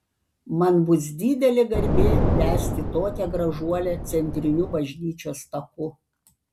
man bus didelė garbė vesti tokią gražuolę centriniu bažnyčios taku